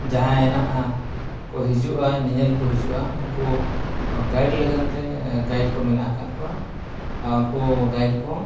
ᱡᱟᱦᱟᱸᱭ ᱱᱟᱦᱟᱜ ᱠᱚ ᱦᱤᱡᱩᱜᱼᱟ ᱧᱮᱧᱮᱞ ᱠᱚ ᱦᱤᱡᱩᱜᱼᱟ ᱩᱱᱠᱩ ᱜᱟᱹᱭᱤᱰ ᱞᱟᱹᱜᱤᱫᱼᱛᱮ ᱜᱟᱭᱤᱰ ᱠᱚ ᱢᱮᱱᱟᱜ ᱟᱠᱟᱫ ᱠᱚᱣᱟ ᱟᱨ ᱩᱱᱠᱩ ᱜᱟᱭᱤᱰ ᱠᱚ